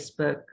facebook